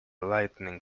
lightning